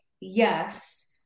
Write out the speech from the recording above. Yes